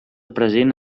present